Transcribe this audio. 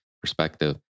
perspective